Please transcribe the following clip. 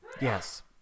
Yes